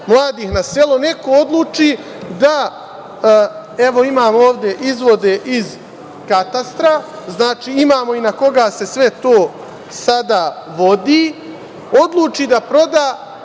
neko odluči da, evo, imam ovde izvode iz katastra, imamo i na koga se sve to sada vodi, proda